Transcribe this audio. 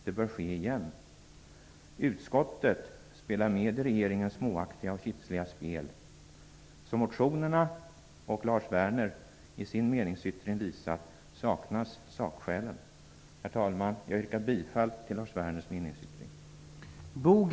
Det bör ske igen. Utskottet spelar med i regeringens småaktiga och kitsliga spel. Som motionerna och Lars Werner i sin meningsyttring visat saknas sakskälen. Herr talman! Jag yrkar bifall till Lars Werners meningsyttring.